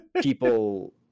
people